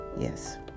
yes